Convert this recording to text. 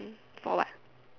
um for what